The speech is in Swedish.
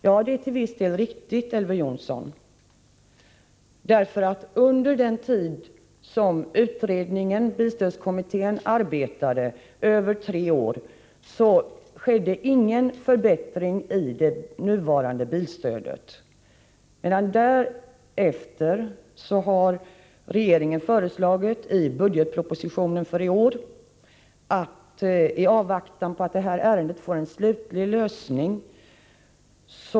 Ja, det är till viss del riktigt, Elver Jonsson, därför att under den tid som bilstödskommittén arbetade — över tre år — skedde ingen förbättring av det nuvarande bilstödet, medan regeringen därefter har föreslagit i budgetpropositionen för i år att stödet skall justeras uppåt i avvaktan på att ärendet får en slutlig lösning.